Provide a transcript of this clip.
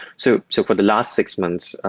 so so for the last six months,